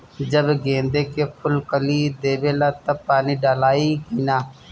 जब गेंदे के फुल कली देवेला तब पानी डालाई कि न?